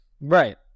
right